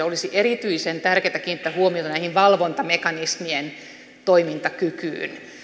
olisi erityisen tärkeätä kiinnittää huomiota valvontamekanismien toimintakykyyn